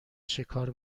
شکار